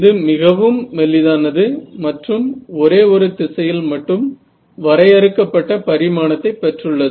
இது மிகவும் மெலிதானது மற்றும் ஒரே ஒரு திசையில் மட்டும் வரையறுக்கப்பட்ட பரிமாணத்தை பெற்றுள்ளது